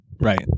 right